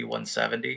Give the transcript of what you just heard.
170